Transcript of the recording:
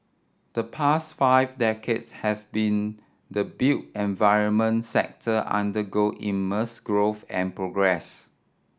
the past five decades have been the built environment sector undergo immense growth and progress